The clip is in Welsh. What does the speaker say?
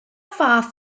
fath